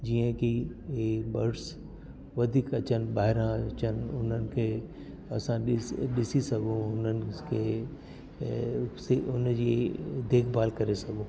जीअं कि हे बड्स वधीक अचनि ॿाहिरां अचनि हुननि खे असां ॾिसी ॾिसी सघूं हुननि खे हुन जी देखभाल करे सघूं